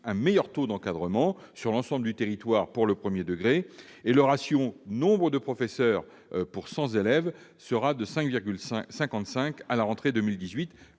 un meilleur taux d'encadrement sur l'ensemble du territoire dans le premier degré. Ainsi, le ratio du nombre de professeurs pour 100 élèves sera de 5,55 à la rentrée 2018,